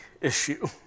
issue